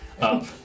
up